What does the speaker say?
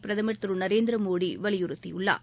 பிரதமர் திரு நரேந்திர மோடி வலியுறுத்தியுள்ளார்